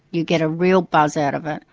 you get a real buzz out of it,